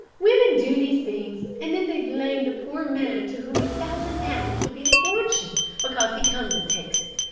women do these things, and then they blame the poor man to whom a thousand pounds would be a fortune because he comes and takes it.